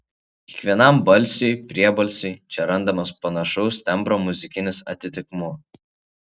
kiekvienam balsiui priebalsiui čia randamas panašaus tembro muzikinis atitikmuo